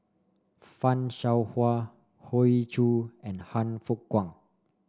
Fan Shao Hua Hoey Choo and Han Fook Kwang